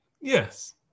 Yes